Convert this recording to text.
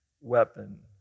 weapon